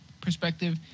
perspective